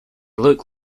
looked